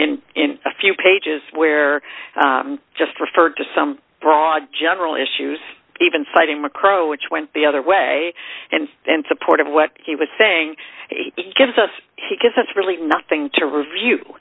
mean in a few pages where you just referred to some broad general issues even citing mccrone which went the other way and then support of what he was saying he gives us he gives us really nothing to review